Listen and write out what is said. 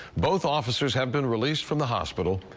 both officers have been released from the hospital.